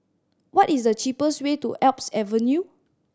what is the cheapest way to Alps Avenue